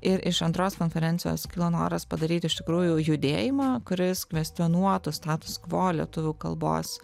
ir iš antros konferencijos kilo noras padaryti iš tikrųjų judėjimą kuris kvestionuotų status kvo lietuvių kalbos